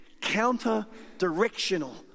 counter-directional